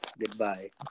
Goodbye